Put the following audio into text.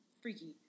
freaky